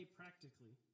practically